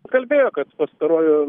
kalbėjo kad pastaruoju